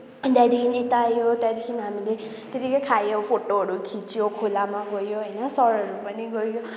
अनि त्यहाँदेखि यता आयो त्यहाँदेखि हामीले त्यतिकै खायौँ फोटोहरू खिच्यौँ खोलामा गयो होइन सरहरू पनि गयो